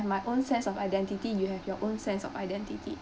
my own sense of identity you have your own sense of identity